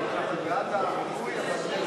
ועל העברת סמכויות משר לשר